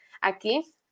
aquí